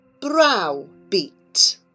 Browbeat